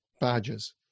badges